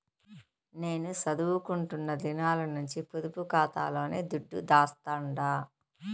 నేను సదువుకుంటున్న దినాల నుంచి పొదుపు కాతాలోనే దుడ్డు దాస్తండా